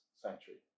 Sanctuary